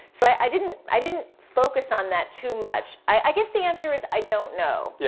so, i didn't i didn't focus on that too much. i guess the answer is i don't know. yeah